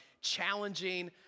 challenging